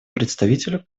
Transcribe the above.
представителю